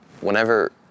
whenever